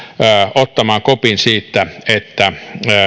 ottamaan kopin siitä että